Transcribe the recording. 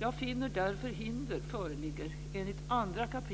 Jag finner därför att hinder föreligger enligt 2 kap.